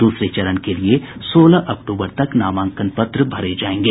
दूसरे चरण के लिए सोलह अक्टूबर तक नामांकन पत्र भरे जायेंगे